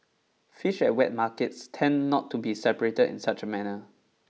fish at wet markets tend not to be separated in such a manner